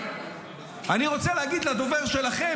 אני רוצה להגיד לדובר שלכם,